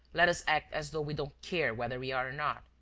let us act as though we don't care whether we are or not.